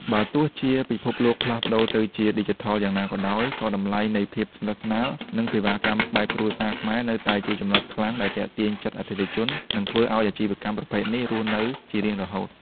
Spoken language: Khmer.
បើទោះជាពិភពលោកផ្លាស់ប្តូរទៅជាឌីជីថលយ៉ាងណាក៏ដោយ ក៏តម្លៃនៃភាពស្និទ្ធស្នាល និងសេវាកម្មបែបគ្រួសារខ្មែរនៅតែជាចំណុចខ្លាំងដែលទាក់ទាញចិត្តអតិថិជន និងធ្វើឱ្យអាជីវកម្មប្រភេទនេះរស់នៅជារៀងរហូត។